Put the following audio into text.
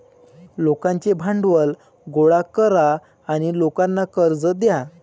लोकांचे भांडवल गोळा करा आणि लोकांना कर्ज द्या